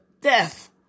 death